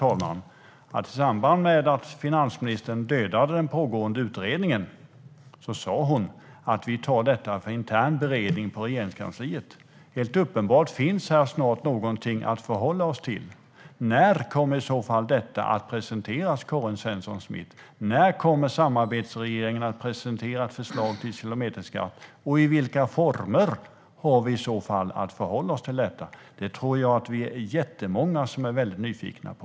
I samband med att finansministern dödade den pågående utredningen sa hon att man skulle ta detta för intern beredning på Regeringskansliet. Helt uppenbart finns snart något som vi kan förhålla oss till. När kommer i så fall detta att presenteras, Karin Svensson Smith? När kommer samarbetsregeringen att presentera ett förslag till kilometerskatt, och i vilka former har vi i så fall att förhålla oss till detta? Det tror jag att vi är jättemånga som är nyfikna på.